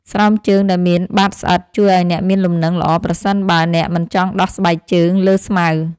ស្រោមជើងដែលមានបាតស្អិត ជួយឱ្យអ្នកមានលំនឹងល្អប្រសិនបើអ្នកមិនចង់ដោះស្បែកជើងលើស្មៅ។